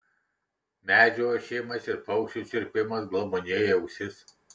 medžių ošimas ir paukščių čirpimas glamonėja ausis